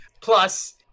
plus